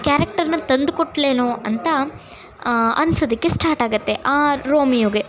ಕ್ಯಾರೆಕ್ಟರ್ನ ತಂದು ಕೊಟ್ಟಳೇನೋ ಅಂತ ಅನ್ಸೋದಕ್ಕೆ ಸ್ಟಾರ್ಟಾಗುತ್ತೆ ಆ ರೋಮಿಯೋಗೆ